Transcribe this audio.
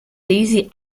daisy